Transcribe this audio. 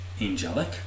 angelic